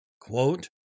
quote